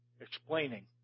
explaining